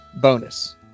bonus